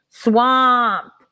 Swamp